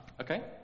Okay